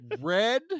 red